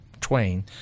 Twain